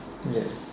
yes